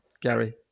Gary